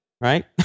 right